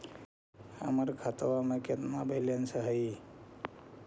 हमर खतबा में केतना बैलेंस हई?